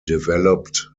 developed